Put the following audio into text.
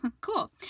cool